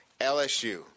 LSU